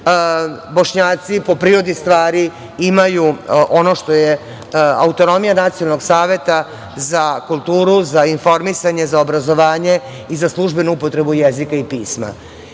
Bošnjaci, po prirodi stvari, imaju ono što je autonomija nacionalnog saveta za kulturu, za informisanje, za obrazovanje i za službenu upotrebu jezika i pisma. Taj